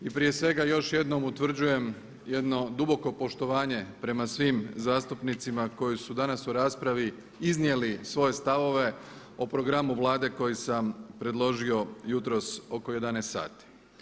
I prije svega još jednom utvrđujem jedno duboko poštovanje prema svim zastupnicima koji su danas u raspravi iznijeli svoje stavove o programu Vlade koje sam predložio jutros oko 11 sati.